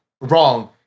wrong